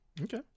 okay